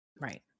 Right